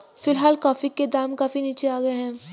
फिलहाल कॉफी के दाम काफी नीचे आ गए हैं